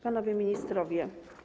Panowie Ministrowie!